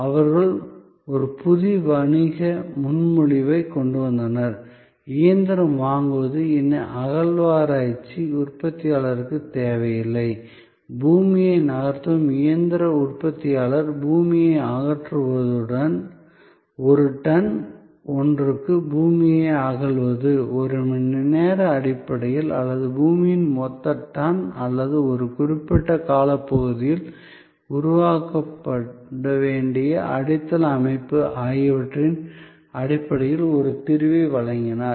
அவர்கள் ஒரு புதிய வணிக முன்மொழிவைக் கொண்டு வந்தனர் இயந்திரம் வாங்குவது இனி அகழ்வாராய்ச்சி உற்பத்தியாளருக்கு தேவையில்லை பூமியை நகர்த்தும் இயந்திர உற்பத்தியாளர் பூமியை அகற்றுவது ஒரு டன் ஒன்றுக்கு பூமியை அகழ்வது ஒரு மணி நேர அடிப்படையில் அல்லது பூமியின் மொத்த டன் அல்லது ஒரு குறிப்பிட்ட காலப்பகுதியில் உருவாக்கப்பட வேண்டிய அடித்தள அமைப்பு ஆகியவற்றின் அடிப்படையில் ஒரு தீர்வை வழங்கினார்